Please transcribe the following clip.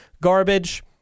Garbage